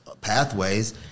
pathways